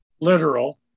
literal